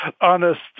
honest